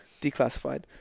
declassified